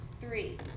three